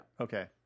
Okay